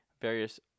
various